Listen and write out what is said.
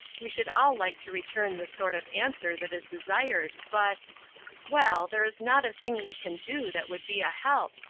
we should all like to return the sort of answer that is desired, but well, there is not a thing we can do that would be a help,